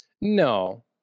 No